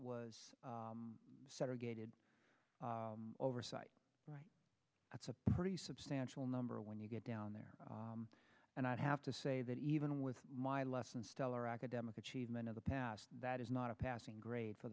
was segregated oversight that's a pretty substantial number when you get down there and i'd have to say that even with my less than stellar academic achievement of the past that is not a passing grade for